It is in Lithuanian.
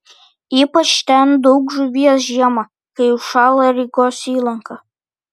ypač ten daug žuvies žiemą kai užšąla rygos įlanka